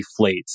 deflates